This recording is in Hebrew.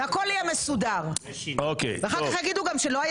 כשהייתי יושבת-ראש ועדה לתכנון ובנייה,